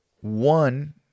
One